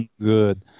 Good